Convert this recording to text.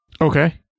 Okay